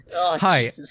Hi